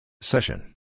Session